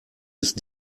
ist